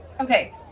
Okay